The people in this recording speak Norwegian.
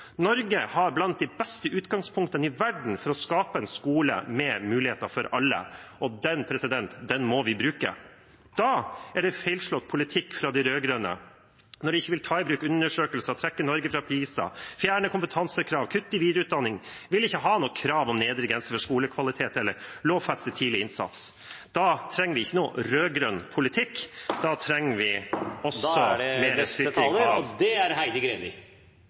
Norge har blant de beste utgangspunkt i verden for å skape en skole med muligheter for alle, og det må vi bruke. Da er det feilslått politikk fra de rød-grønne når de ikke vil ta i bruk undersøkelser og trekke Norge fra PISA, fjerne kompetansekrav, kutte i videreutdanning, ikke vil ha noe krav om nedre grense for skolekvalitet eller lovfeste tidlig innsats. Da trenger vi ikke noen rød-grønn politikk , da trenger vi